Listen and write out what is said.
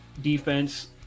defense